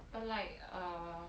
but like uh